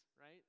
right